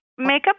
Makeup